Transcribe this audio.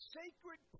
sacred